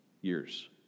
years